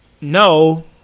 no